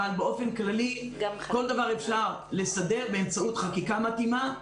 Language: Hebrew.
אבל באופן כללי כל דבר אפשר לסדר באמצעות חקיקה מתאימה.